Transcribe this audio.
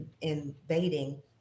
invading